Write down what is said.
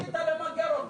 והחליטה למגר אותו.